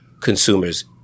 consumers